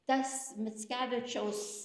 tas mickevičiaus